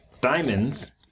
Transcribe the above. Diamonds